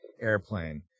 Airplane